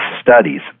studies